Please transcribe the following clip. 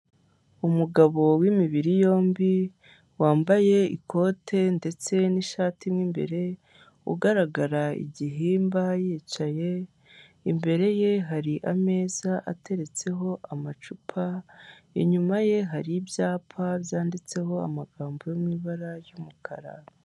Umugabo w'imibiri yombi wambaye ikotendetse n'ishati mwimbere ugaragara igihimba yicaye, imbere ye hari amaje ateretsaho amacupa, inyuma ye hari ibyapa byanditseho amagambo yo mwibara ry'umukara.